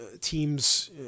teams